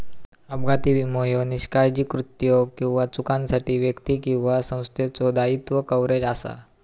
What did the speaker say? अपघाती विमो ह्यो निष्काळजी कृत्यो किंवा चुकांसाठी व्यक्ती किंवा संस्थेचो दायित्व कव्हरेज असा